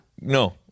No